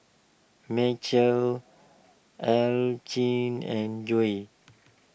Macel Archie and Joe